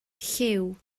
llyw